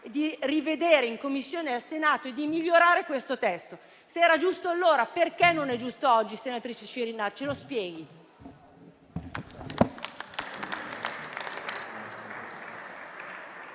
di rivedere in Commissione al Senato e di migliorare questo testo. Se era giusto allora, perché non è giusto oggi, senatrice Cirinnà? Ce lo spieghi.